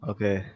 Okay